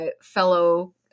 fellow